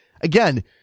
Again